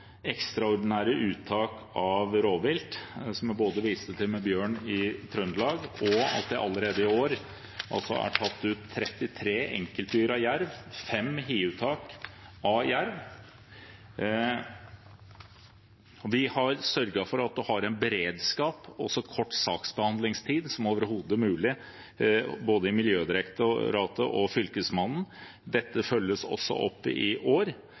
ekstraordinære uttak av rovvilt, både, som jeg viste til, når det gjelder bjørn i Trøndelag, og ved at det i år allerede er tatt ut 33 enkeltdyr av jerv og gjort 5 hiuttak av jerv. Vi har sørget for at man har en beredskap, og så kort saksbehandlingstid som overhodet mulig både i Miljødirektoratet og hos Fylkesmannen. Dette følges også opp i år.